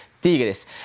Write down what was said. Tigres